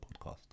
podcast